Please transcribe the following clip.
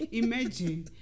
imagine